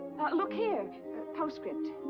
look here. a postscript.